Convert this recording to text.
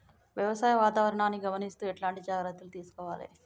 వ్యవసాయ వాతావరణాన్ని గమనిస్తూ ఎట్లాంటి జాగ్రత్తలు తీసుకోవాలే?